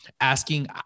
asking